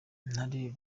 ntare